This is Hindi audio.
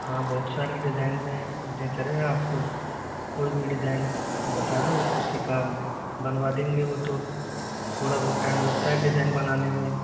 हाँ बहुत सारी डिजाइन में आप कोई भी डिजाइन बता दो उसी का हम बनवा देंगे वो तो थोड़ा बहुत टाइम लगता है डिजाइन बनाने में